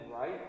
right